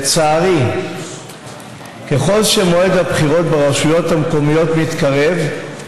לצערי, ככל שמועד הבחירות ברשויות המקומיות מתקרב,